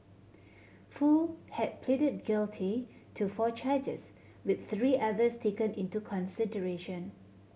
foo had pleaded guilty to four charges with three others taken into consideration